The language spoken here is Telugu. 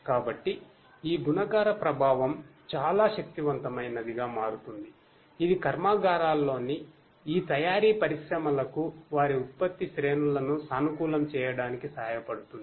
కాబట్టి ఈ గుణకార ప్రభావం చాలా శక్తివంతమైనదిగా మారుతుంది ఇది కర్మాగారాల్లోని ఈ తయారీ పరిశ్రమలకు వారి ఉత్పత్తి శ్రేణులను సానుకూలం చేయడానికి సహాయపడుతుంది